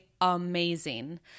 amazing